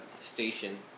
station